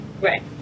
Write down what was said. right